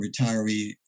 retiree